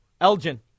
Elgin